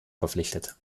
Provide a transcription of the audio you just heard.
verpflichtet